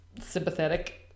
sympathetic